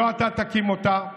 לא אתה תקים אותה.